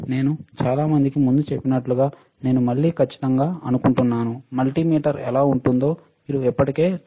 నేను చాలా మందికి ముందు చెప్పినట్లు నేను మళ్ళీ ఖచ్చితంగా అనుకుంటున్నాను మల్టీమీటర్ ఎలా ఉంటుందో మీరు ఇప్పటికే చూశారు